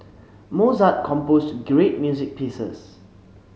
Mozart composed great music pieces